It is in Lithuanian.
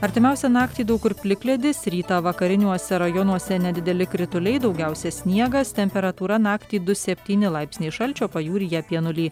artimiausią naktį daug kur plikledis rytą vakariniuose rajonuose nedideli krituliai daugiausia sniegas temperatūra naktį du septyni laipsniai šalčio pajūryje apie nulį